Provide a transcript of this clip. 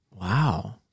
Wow